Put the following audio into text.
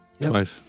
Twice